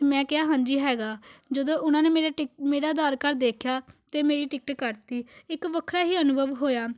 ਮੈਂ ਕਿਹਾ ਹਾਂਜੀ ਹੈਗਾ ਜਦੋਂ ਉਹਨਾਂ ਨੇ ਮੇਰੇ ਟਿਕ ਮੇਰਾ ਆਧਾਰ ਕਾਰਡ ਦੇਖਿਆ ਅਤੇ ਮੇਰੀ ਟਿਕਟ ਕੱਟ ਤੀ ਇੱਕ ਵੱਖਰਾ ਹੀ ਅਨੁਭਵ ਹੋਇਆ